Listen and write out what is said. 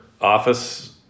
office